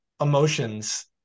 emotions